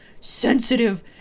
sensitive